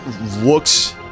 looks